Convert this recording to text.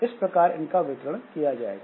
इस प्रकार इन का वितरण किया जाएगा